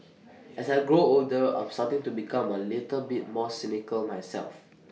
as I grow older I'm starting to become A little bit more cynical myself